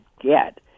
get